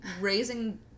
raising